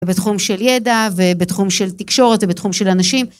ובתחום של ידע ובתחום של תקשורת ובתחום של אנשים.